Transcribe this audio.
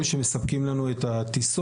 אלה שמספקים לנו את הטיסות,